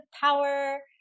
power